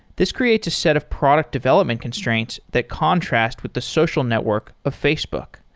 this creates a set of product development constraints that contrast with the social network of facebook.